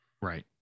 Right